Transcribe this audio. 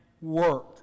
work